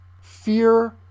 fear